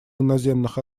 иноземных